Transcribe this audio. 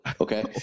okay